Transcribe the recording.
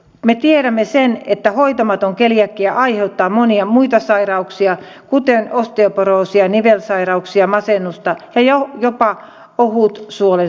me tiedämme että hoitamaton keliakia aiheuttaa monia muita sairauksia kuten osteoporoosia nivelsairauksia masennusta ja jopa ohutsuolen syöpää